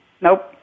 Nope